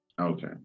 Okay